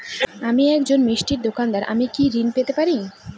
আমি একজন মিষ্টির দোকাদার আমি কি ঋণ পেতে পারি?